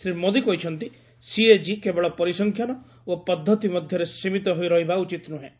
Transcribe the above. ଶ୍ରୀ ମୋଦୀ କହିଛନ୍ତି ସିଏଜି କେବଳ ପରିସଂଖ୍ୟାନ ଓ ପଦ୍ଧତି ମଧ୍ୟରେ ସୀମିତ ହୋଇ ରହିବା ଉଚିତ୍ ନୁହେଁ